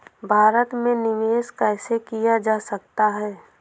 भारत में निवेश कैसे किया जा सकता है?